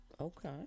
Okay